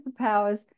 superpowers